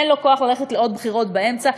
אין לו כוח ללכת לעוד בחירות באמצע,